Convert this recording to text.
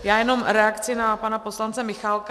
Já jenom reakci na pana poslance Michálka.